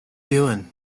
doing